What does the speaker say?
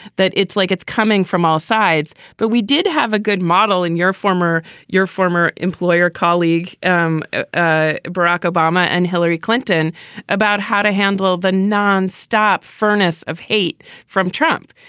that it's like it's coming from all sides. but we did have a good model in your former your former employer colleague um ah barack obama and hillary clinton about how to handle the nonstop furnace of hate from trump.